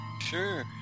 Sure